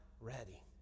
ready